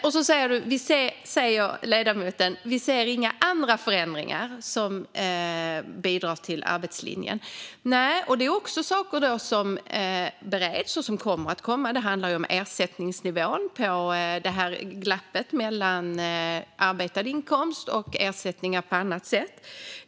Ledamoten säger att han inte ser några andra förändringar som bidrar till arbetslinjen. Det är också saker som bereds och som kommer att komma. Det handlar om ersättningsnivån i fråga om glappet mellan inarbetad inkomst och ersättningar från annat än arbete.